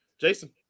Jason